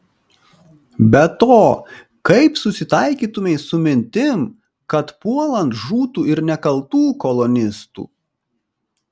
be to kaip susitaikytumei su mintim kad puolant žūtų ir nekaltų kolonistų